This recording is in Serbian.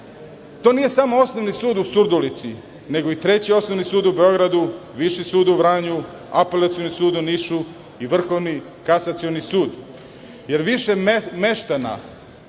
to nije samo Osnovni sud u Surdulici, nego i Treći osnovni sud u Beogradu, Viši sud u Vranju, Apelacioni sud u Nišu i Vrhovni kasacioni sud, jer više meštana,